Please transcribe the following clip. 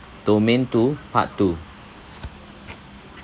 domain to part two